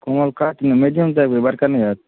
कोमन कार्प मे मेडियम साइजमे बड़का नहि होयत